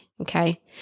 Okay